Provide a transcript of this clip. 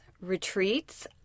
retreats